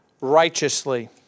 righteously